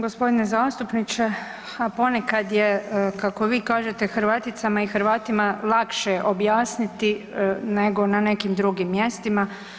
Gospodine zastupniče, a ponekad je kako vi kažete Hrvaticama i Hrvatima lakše objasniti nego na nekim drugim mjestima.